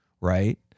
Right